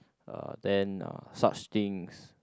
uh then uh such things